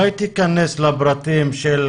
אולי תיכנס לפרטים,